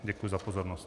Děkuji za pozornost.